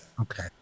Okay